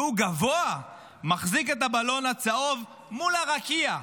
והוא גבוה, מחזיק את הבלון הצהוב מול הרקיע.